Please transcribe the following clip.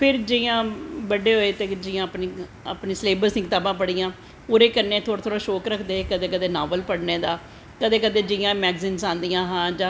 फिर जियां बड्डे होई ते जियां अपनी सलेवस दियां कताबां पढ़ियां ओह्दे कन्नैं कदैं कदैं शौंक रखदे दहे नावल पढ़नें दा कदैं कदैं जियां मैगजीनस आंदियां हां जां